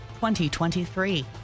2023